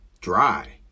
dry